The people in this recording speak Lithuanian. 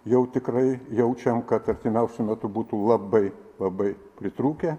jau tikrai jaučiam kad artimiausiu metu būtų labai labai pritrūkę